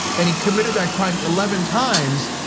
and he committed that crime eleven times,